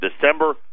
December